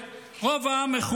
רוב העם רוצה מסורת,